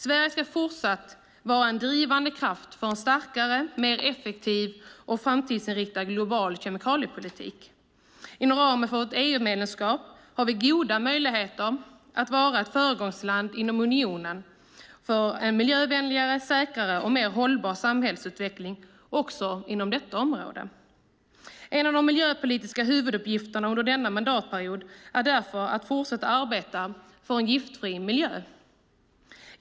Sverige ska fortsatt vara en drivande kraft för en starkare, mer effektiv och framtidsinriktad global kemikaliepolitik. Inom ramen för vårt EU-medlemskap har vi goda möjligheter att vara ett föregångsland inom unionen för en miljövänligare, säkrare och mer hållbar samhällsutveckling också inom detta område. En av de miljöpolitiska huvuduppgifterna under denna mandatperiod är därför att fortsätta arbeta för en giftfri miljö.